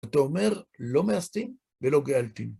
אתה אומר לא מאסתים ולא געלתים.